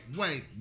wait